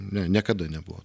ne niekada nebuvo